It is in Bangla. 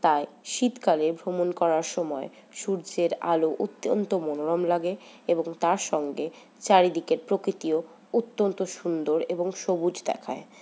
তাই শীতকালে ভ্রমণ করার সময় সূর্যের আলো অত্যন্ত মনোরম লাগে এবং তার সঙ্গে চারিদিকের প্রকৃতিও অত্যন্ত সুন্দর এবং সবুজ দেখায়